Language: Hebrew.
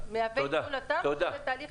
מהווה עדכון התמ"א וזה תהליך.